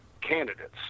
candidates